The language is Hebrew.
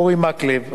אורי מקלב,